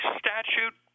statute